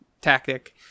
tactic